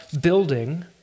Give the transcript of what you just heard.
building